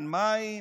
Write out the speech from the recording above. אין מים,